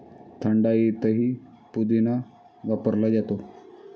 थंडाईतही पुदिना वापरला जातो